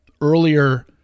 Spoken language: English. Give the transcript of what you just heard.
earlier